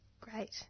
Great